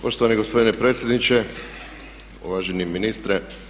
Poštovani gospodine predsjedniče, uvaženi ministre.